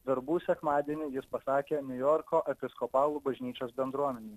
verbų sekmadienį jis pasakė niujorko episkopalų bažnyčios bendruomenei